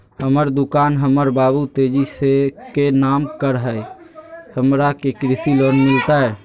हमर दुकान हमर बाबु तेजी के नाम पर हई, हमरा के कृषि लोन मिलतई?